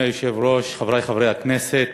אדוני היושב-ראש, חברי חברי הכנסת,